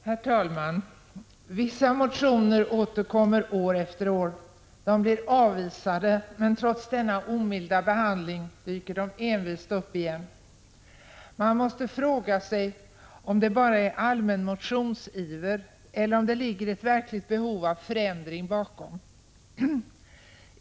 Herr talman! Vissa motioner återkommer år efter år. De blir avvisade, men trots denna omilda behandling dyker de envist upp igen. Man måste fråga sig om det bara är allmän motionsiver eller om det ligger ett verkligt behov av förändring bakom.